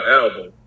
album